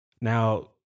Now